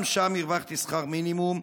גם שם הרווחתי שכר מינימום,